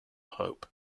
hope